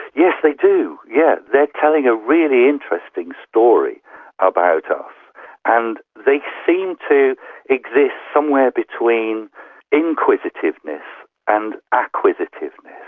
yes they do, yeah they're telling a really interesting story about ah and they seem to exist somewhere between inquisitiveness and acquisitiveness.